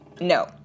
No